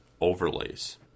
Overlays